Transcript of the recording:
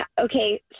Okay